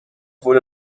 wurde